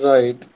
Right